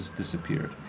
disappeared